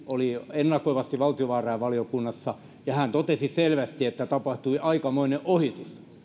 oli ennakoivasti valtiovarainvaliokunnassa ja hän totesi selvästi että tapahtui aikamoinen ohitus kun